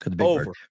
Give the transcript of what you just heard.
Over